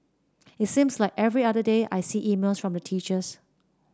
it seems like every other day I see emails from the teachers